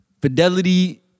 Fidelity